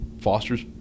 fosters